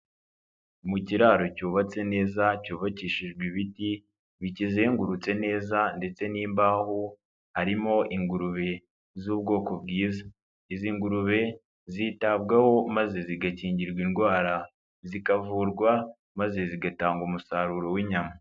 Mu kiraro cyubatse neza cyubakishijwe ibiti bikizengurutse neza ndetse n'imbahu harimo ingurube z'ubwoko bwiza, izi ngurube zitabwaho maze zigakingirwa indwara, zikavurwa maze zigatanga umusaruro w'inyama.